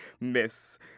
miss